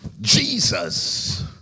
Jesus